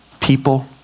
people